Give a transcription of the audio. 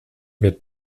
wird